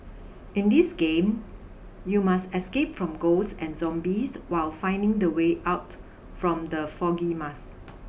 in this game you must escape from ghosts and zombies while finding the way out from the foggy maze